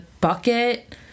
bucket